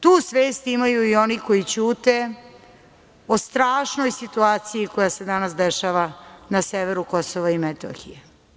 Tu svest imaju i oni koji ćute o strašnoj situaciji koja se danas dešava na severu Kosova i Metohije.